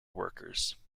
workers